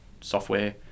software